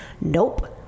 nope